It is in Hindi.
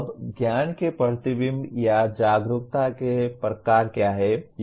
अब ज्ञान के प्रतिबिंब या जागरूकता के प्रकार क्या हैं